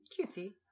cutesy